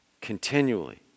continually